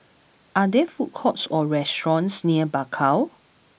are there food courts or restaurants near Bakau